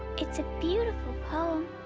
it's a beautiful poem.